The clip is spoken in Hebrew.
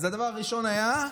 אז הדבר הראשון היה,